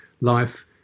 life